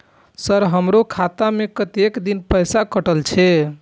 Sir हमारो खाता में कतेक दिन पैसा कटल छे?